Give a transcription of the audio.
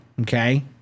Okay